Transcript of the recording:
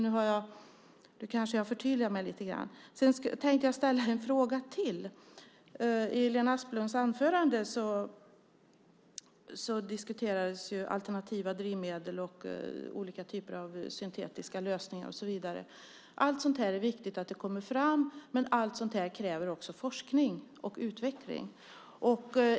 Nu kanske jag förtydligade mig lite grann. Jag tänkte ställa en fråga till. I Lena Asplunds anförande diskuterades alternativa drivmedel, olika typer av syntetiska lösningar och så vidare. Det är viktigt att allt sådant kommer fram, men det kräver också forskning och utveckling.